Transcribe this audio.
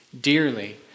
dearly